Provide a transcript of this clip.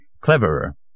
cleverer